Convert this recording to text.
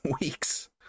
weeks